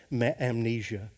amnesia